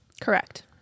Correct